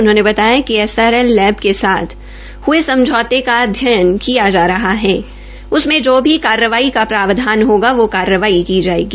उन्होंने बताया कि एसएलआर लैब के साथ हये समझौते का अध्ययन किया जा रहा है उससे जो भी कार्रवाई का प्रावधान होगा वो कार्रवाई की जायेगी